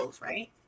right